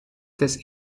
this